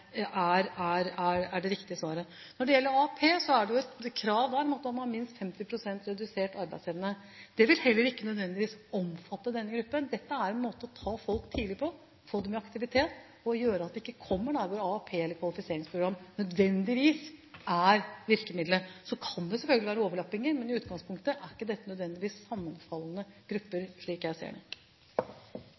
inn der kvalifiseringsprogrammet er det riktige svaret. Når det gjelder AAP, er det et krav der om at man må ha minst 50 pst. redusert arbeidsevne. Det vil heller ikke nødvendigvis omfatte denne gruppen. Dette er en måte å ta folk tidlig på, få dem i aktivitet og gjøre at de ikke kommer der hvor AAP eller kvalifiseringsprogram nødvendigvis er virkemiddelet. Så kan det jo selvfølgelig være overlappinger, men i utgangspunktet er ikke dette nødvendigvis sammenfallende grupper, slik jeg ser det.